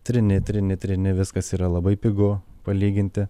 trini trini trini viskas yra labai pigu palyginti